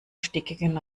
stickigen